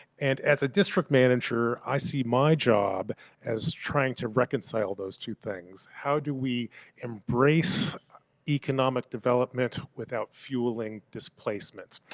and as a district manager, i see my job as trying to reconcile those two things. how do we embrace economic development without fueling displacement.